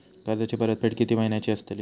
कर्जाची परतफेड कीती महिन्याची असतली?